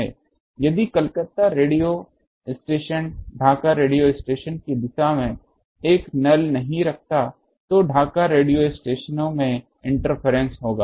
अब यदि Calcutta radio station Dhaka radio station की दिशा में एक नल नहीं रखता है तो ढाका रेडियो स्टेशनों में इंटरफेरेंस होगा